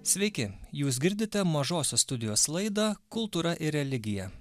sveiki jūs girdite mažosios studijos laidą kultūra ir religija